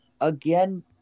again